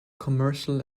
commercial